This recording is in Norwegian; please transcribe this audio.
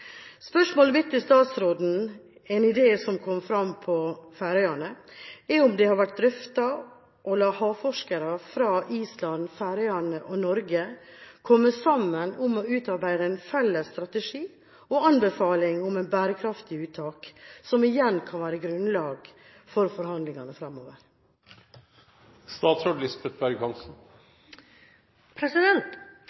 Spørsmålet mitt til statsråden, en idé som kom fram på Færøyene, er om det har vært drøftet å la havforskere fra Island, Færøyene og Norge komme sammen for å utarbeide en felles strategi og anbefaling om et bærekraftig uttak, som igjen kan være grunnlag for forhandlingene framover.